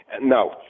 No